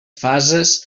fases